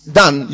done